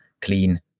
clean